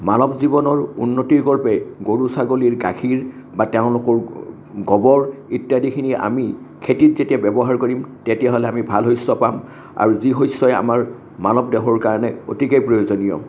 মানৱ জীৱনৰ উন্নতিৰ গৰু ছাগলীৰ গাখীৰ বা তেওঁলোকৰ গোবৰ ইত্যাদিখিনি আমি খেতিত যেতিয়া ব্যৱহাৰ কৰিম তেতিয়াহ'লে আমি ভাল শস্য পাম আৰু যি শস্যই আমাৰ মানৱ দেহৰ কাৰণে অতিকে প্ৰয়োজনীয়